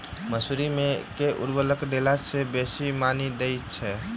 मसूरी मे केँ उर्वरक देला सऽ बेसी मॉनी दइ छै?